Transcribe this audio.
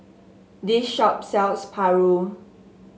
this shop sells paru